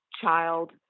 child